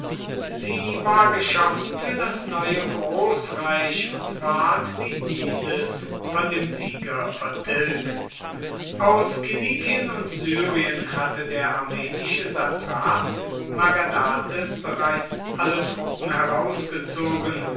sie war geschaffen für das neue großreich und ward wie dieses von dem sieger vertilgt aus kilikien und syrien hatte der armenische satrap magadates bereits alle truppen herausgezogen